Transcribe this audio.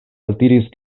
altiris